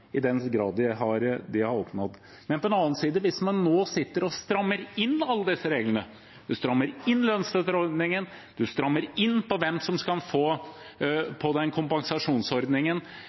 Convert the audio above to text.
i den grad de har oppnådd. Men på den annen side: Hvis man nå sitter og strammer inn alle disse reglene, man strammer inn lønnsstøtteordningen, man strammer inn hvem som kan få på den kompensasjonsordningen,